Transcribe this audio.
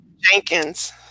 Jenkins